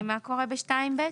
כי מה קורה ב-(2)(ב)?